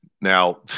Now